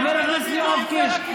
חבר הכנסת יואב קיש.